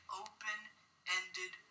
open-ended